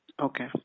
Okay